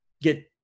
get